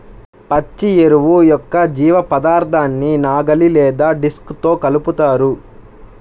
పచ్చి ఎరువు యొక్క జీవపదార్థాన్ని నాగలి లేదా డిస్క్తో కలుపుతారు